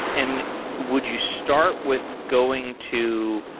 and would you start with going to,